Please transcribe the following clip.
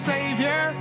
Savior